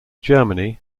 germany